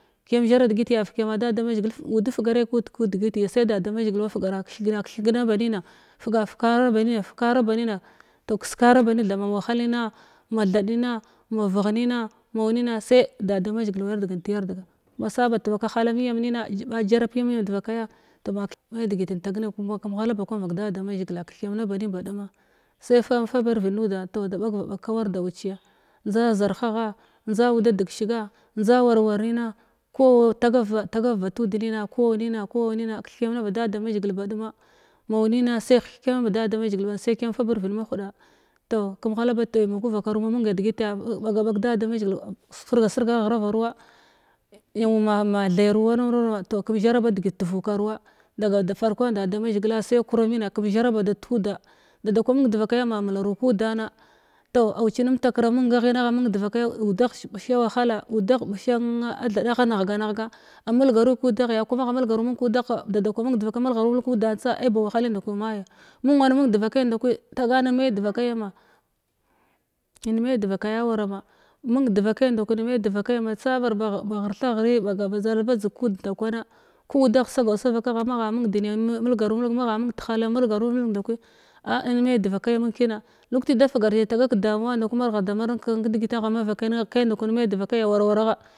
Kiyam zhara digit ya fukiyama da da mazhigil ud fugarəi kud kidigiti sai da damazhigil wa fugar kithegna kithina banin fuga fukara ba nima fukara barima toh kiskara banin thab ma ba wahalina ma thadina ma vigh nima mau nina sai da da mazhgil wa yard thant yardig ma sa bat vaka hala miyam nina ɓa jaraba miyam devakaya toh me digit intag nay kuma kum ghlala ba kwan vak da damazhigila kithekiyam na banin ba duma sai fan fabavvid nuda toh da ɓag vakag kawar dauciya ndza zarhagha war-war nina ko au tagar tagav ba ynd nima ko aunina kithe kiyam na ba da mazhigil ba ɗuma mau nina sai hekkyam bada damazhigil sa i kiyam fubar vid mahida toh kam ghala ba taimaku vakaru momuna digit ɓaga ɓag da damazhigil sirge sirga ghraruwa ma thayaru wan am nurana toh ken zhara ba digit tuvukar. Wa daga da farkowan da da mazhigila sai kuramina kum zhara ba. Da tuda da kwa mung devakaya ma mularau kudanan toh auci num takra mungaghina agha mung devakaya udagh ɓisha wahala udagh bishan a thada agha nighga nighga a mulghai kudaghga kuma aghamulgaru mulg kudagha dada kwa mung devakai mulgharu mulg kudan tsa ci ba wahalinda kwa maya mung wa nmung devakai ndawki tagan in ma’i devakai aman in ma’i devakayawara ma mung devakai tsabar ba ghirtha ghirin badzal badzeg kud nda kwana ku udagh sagau savakagha magha mung deriya mulgaru mulg nda kwi a in mai devakaya min kina lukti kwi marghav da marnim ki digit ya ama kakai nəna kai nda kwar in mai devakaiwara war gha.